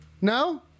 No